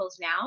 now